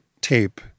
tape